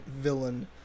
villain